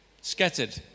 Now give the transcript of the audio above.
Scattered